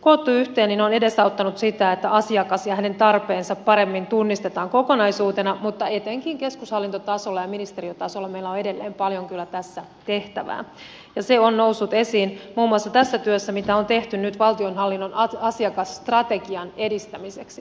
koottu yhteen on edesauttanut sitä että asiakas ja hänen tarpeensa paremmin tunnistetaan kokonaisuutena mutta etenkin keskushallintotasolla ja ministeriötasolla meillä on edelleen paljon kyllä tässä tehtävää ja se on noussut esiin muun muassa tässä työssä mitä on tehty nyt valtionhallinnon asiakasstrategian edistämiseksi